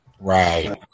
right